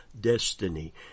destiny